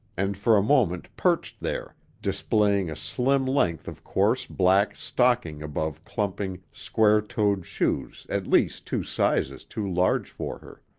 and for a moment perched there, displaying a slim length of coarse black stocking above clumping, square-toed shoes at least two sizes too large for her.